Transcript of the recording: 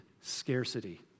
scarcity